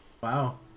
wow